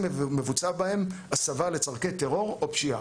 מבוצעת בהם הסבה לצורכי טרור או פשיעה.